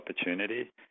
opportunity